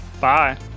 Bye